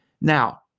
Now